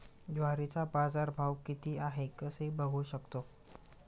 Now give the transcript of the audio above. ज्वारीचा बाजारभाव किती आहे कसे बघू शकतो?